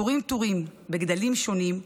טורים-טורים, גדלים שונים.